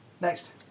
Next